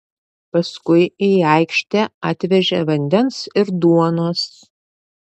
paskui į aikštę atvežė vandens ir duonos